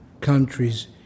countries